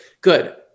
good